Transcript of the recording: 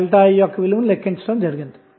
22 ohm లభిస్తుంది